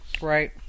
Right